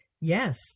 yes